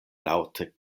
laŭte